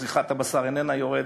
צריכת הבשר איננה יורדת,